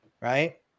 Right